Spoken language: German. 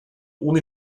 ohne